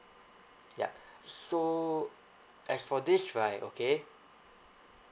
yup so as for this right okay